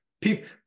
people